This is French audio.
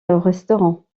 restaurant